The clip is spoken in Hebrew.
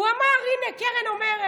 הוא אמר, הינה, קרן אומרת.